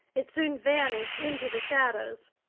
it soon vanished into the shadows.